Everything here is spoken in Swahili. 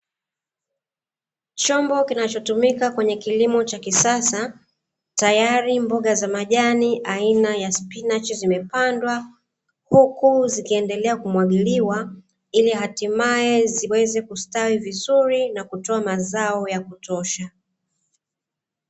Chombo kinachotumika kwenye kilimo cha kisasa, tayari mboga za majani aina ya spinachi zimepandwa, huku zikiendelea kumwagiliwa, ili hatimaye ziweze kustawi vizuri na kutoa mazao ya kutosha.